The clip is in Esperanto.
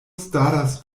staras